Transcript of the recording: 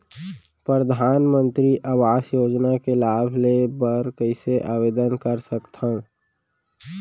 परधानमंतरी आवास योजना के लाभ ले बर कइसे आवेदन कर सकथव?